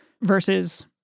versus